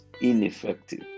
ineffective